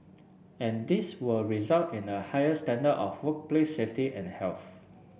and this will result in a higher standard of full play safety and health